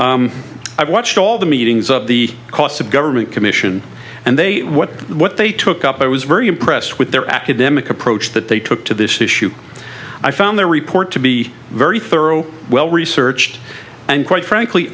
i watched all the meetings of the cost of government commission and they what what they took up i was very impressed with their academic approach that they took to this issue i found their report to be very thorough well researched and quite frankly